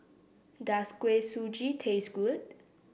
does Kuih Suji taste good